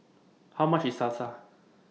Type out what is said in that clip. How much IS Salsa